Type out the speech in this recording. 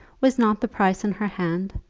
was not the price in her hand,